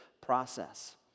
process